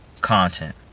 content